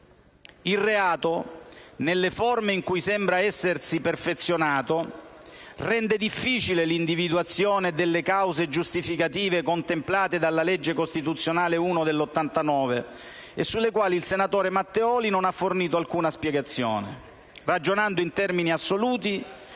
Il reato, nelle forme in cui sembra essersi perfezionato, rende difficile l'individuazione delle cause giustificative contemplate dalla legge costituzionale n. 1 del 1989 e sulle quali il senatore Matteoli non ha fornito alcuna spiegazione. Ragionando in termini assoluti,